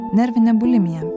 nervinė bulimija